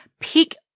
pick